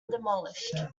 demolished